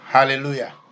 Hallelujah